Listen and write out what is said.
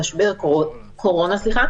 משבר הקורונה.